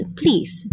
please